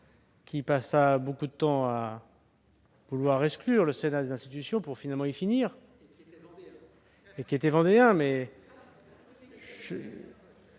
qui passa beaucoup de temps à vouloir exclure le Sénat des institutions, pour finalement y finir ... Il était Vendéen